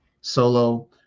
solo